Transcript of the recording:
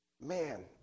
Man